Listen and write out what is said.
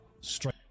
Straight